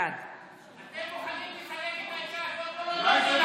בעד אתם מוכנים לסלק את האישה הזאת?